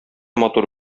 матур